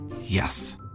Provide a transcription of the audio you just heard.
yes